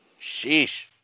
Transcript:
Sheesh